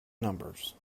numbers